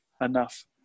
enough